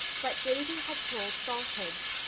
but davy had told falsehoods.